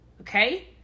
Okay